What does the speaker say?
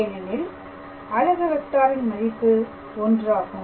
ஏனெனில் அலகு வெக்டாரின் மதிப்பு ஒன்றாகும்